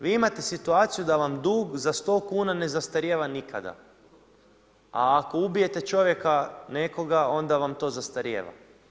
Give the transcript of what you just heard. Vi imate situaciju da vam dug za 100 kuna ne zastarijeva nikada a ako ubijete čovjeka nekoga, onda vam to zastarijeva.